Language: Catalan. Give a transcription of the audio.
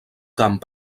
camp